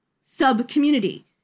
sub-community